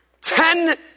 Ten